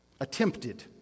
Attempted